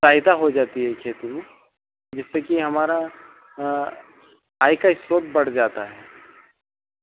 फ़ायदा हो जाती है खेती में जिससे कि हमारा आय का स्कोप बढ़ जाता है